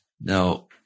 Now